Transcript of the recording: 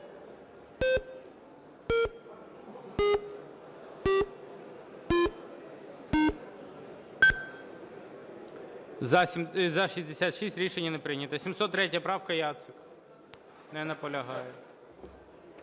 За-66 Рішення не прийнято. 703 правка, Яцик. Не наполягає.